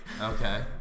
Okay